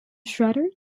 shredder